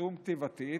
חסום כתיבתית,